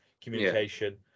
communication